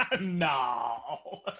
no